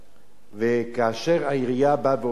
וכאשר העירייה אומרת,